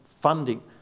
funding